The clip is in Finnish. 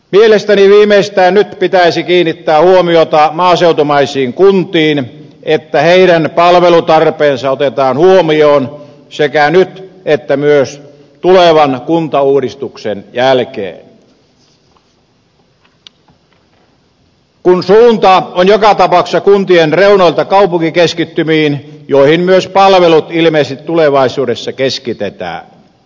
mielestäni viimeistään nyt pitäisi kiinnittää huomiota maaseutumaisiin kuntiin että niiden palvelutarpeet otetaan huomioon sekä nyt että myös tulevan kuntauudistuksen jälkeen kun suunta on joka tapauksessa kuntien reunoilta kaupunkikeskittymiin joihin myös palvelut ilmeisesti tulevaisuudessa keskitetään